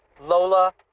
Lola